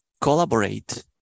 collaborate